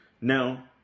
Now